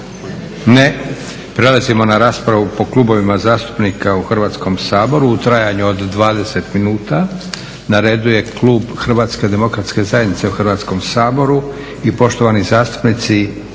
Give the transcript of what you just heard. Ne. Prelazimo na raspravu po klubovima zastupnika u Hrvatskom saboru u trajanju od 20 minuta. Na redu je klub HDZ-a u Hrvatskom saboru i poštovani zastupnici,